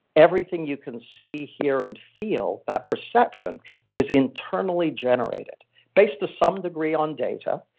everything you can see here and feel, that perception is internally generated based, to some degree, on data,